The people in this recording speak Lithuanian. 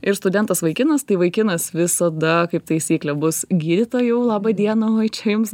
ir studentas vaikinas tai vaikinas visada kaip taisyklė bus gydytojau labą dieną oi čia jums